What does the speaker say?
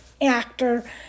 actor